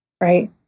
right